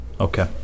Okay